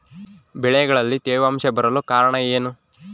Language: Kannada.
ಬೆಳೆಗಳಲ್ಲಿ ತೇವಾಂಶ ಬರಲು ಕಾರಣ ಏನು?